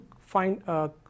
find